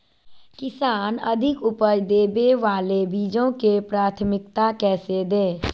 किसान अधिक उपज देवे वाले बीजों के प्राथमिकता कैसे दे?